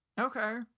Okay